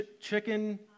Chicken